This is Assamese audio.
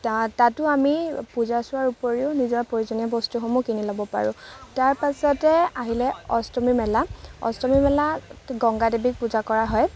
তাতো আমি পূজা চোৱাৰ উপৰিও নিজৰ প্ৰয়োজনীয় বস্তুসমূহ কিনি ল'ব পাৰোঁ ইয়াৰ পাছতে আহিলে অষ্টমী মেলা অষ্টমী মেলাত গংগা দেৱীক পূজা কৰা হয়